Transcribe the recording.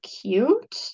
cute